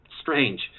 strange